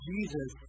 Jesus